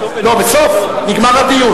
בסוף, בגמר הדיון.